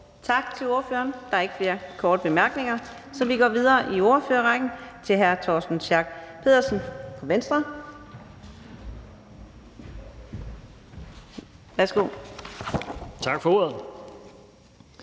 Tak til ordføreren. Der er ikke flere korte bemærkninger, så vi går videre i ordførerrækken til hr. Karsten Hønge, Socialistisk